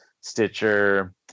Stitcher